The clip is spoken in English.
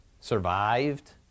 survived